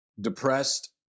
depressed